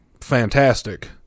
fantastic